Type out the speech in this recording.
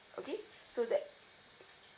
okay so that